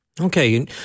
Okay